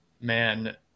Man